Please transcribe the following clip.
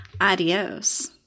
Adios